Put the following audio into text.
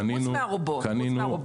חוץ מהרובוטים.